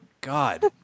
God